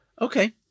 Okay